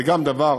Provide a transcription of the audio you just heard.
זה דבר